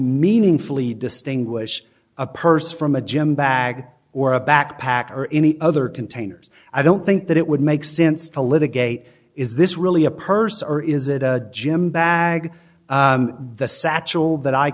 meaningfully distinguish a purse from a gym bag or a backpack or any other containers i don't think that it would make sense to litigate is this really a purse or is it a gym bag the satchel that i